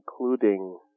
including